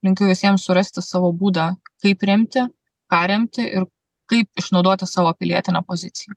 linkiu visiems surasti savo būdą kaip remti ką remti ir kaip išnaudoti savo pilietinę poziciją